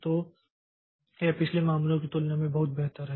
तो यह पिछले मामले की तुलना में बहुत बेहतर है